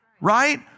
right